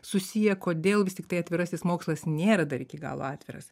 susiję kodėl vis tiktai atvirasis mokslas nėra dar iki galo atviras